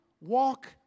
walk